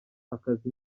akazi